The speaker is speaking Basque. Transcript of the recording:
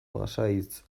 pasahitz